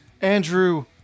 Andrew